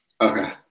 okay